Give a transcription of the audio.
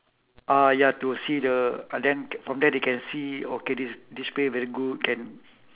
ah ya to see the ah then from there they can see okay this this player very good can